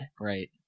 Right